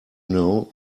know